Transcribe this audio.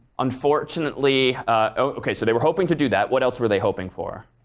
unfortunately ok, so they were hoping to do that. what else were they hoping for?